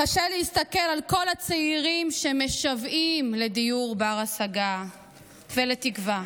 קשה להסתכל על כל הצעירים שמשוועים לדיור בר השגה ולתקווה.